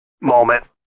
moment